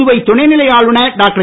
புதுவை துணைநிலை ஆளுநர் டாக்டர்